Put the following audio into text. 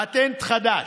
פטנט חדש: